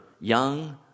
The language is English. young